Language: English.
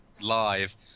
live